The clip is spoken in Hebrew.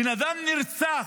בן אדם נרצח,